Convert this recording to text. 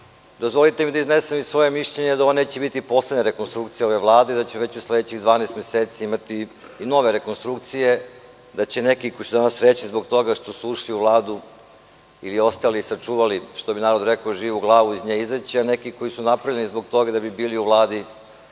pojavili. Dozvolite mi da iznesem svoje mišljenje da ovo neće biti poslednja rekonstrukcija ove Vlade i da će već u sledećih 12 meseci biti i nove rekonstrukcije, da će neki koji su danas srećni zbog toga što su ušli u Vladu ili ostali sačuvali, što bi narod rekao, živu glavu i iz nje izaći, a neki koji su napravljeni zbog toga da bi bili u Vladi